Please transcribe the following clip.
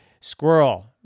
Squirrel